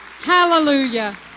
Hallelujah